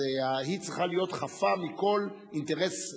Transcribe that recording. היא צריכה להיות חפה מכל אינטרס מקומי,